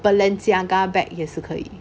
balenciaga bag 也是可以